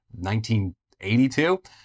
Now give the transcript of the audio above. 1982